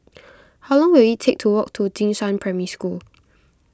how long will it take to walk to Jing Shan Primary School